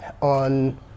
on